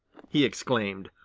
he exclaimed,